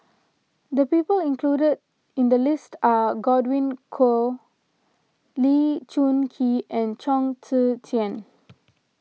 the people included in the list are Godwin Koay Lee Choon Kee and Chong Tze Chien